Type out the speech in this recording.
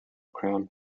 crown